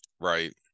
Right